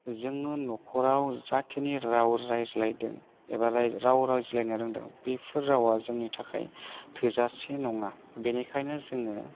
जोङो नखराव जाखिनि राव रायज्लायदों एबा राय राव रायज्लायनो रोंदों बेफोर रावा जोंनि थाखाय थोजासे नङा बेनिखायनो जोङो